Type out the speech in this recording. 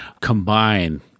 combine